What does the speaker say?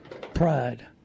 pride